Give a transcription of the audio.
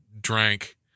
drank